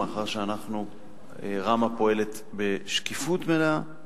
מאחר שראמ"ה פועלת בשקיפות מלאה,